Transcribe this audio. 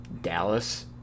Dallas